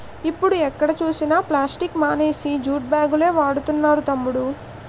ఇప్పుడు ఎక్కడ చూసినా ప్లాస్టిక్ మానేసి జూట్ బాగులే వాడుతున్నారు తమ్ముడూ